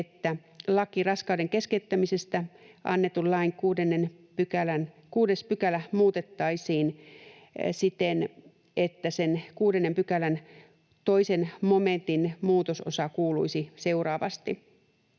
että raskauden keskeyttämisestä annetun lain 6 § muutettaisiin siten, että sen 6 §:n 2 momentin muutososa kuuluisi seuraavasti: